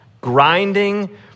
Grinding